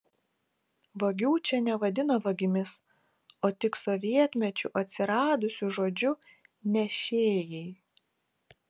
vagių čia nevadino vagimis o tik sovietmečiu atsiradusiu žodžiu nešėjai